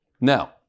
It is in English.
Now